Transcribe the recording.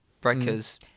breakers